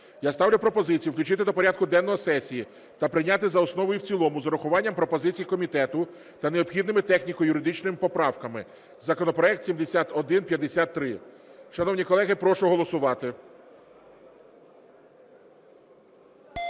Я ставлю пропозицію включити до порядку денного сесії та прийняти за основу і в цілому з урахуванням пропозицій комітету та необхідними техніко-юридичними поправками законопроект 7153. Шановні колеги, прошу голосувати.